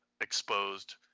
exposed